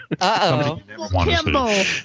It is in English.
Uh-oh